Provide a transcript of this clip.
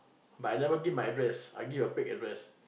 but I never give my address I give a fake address